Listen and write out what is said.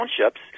townships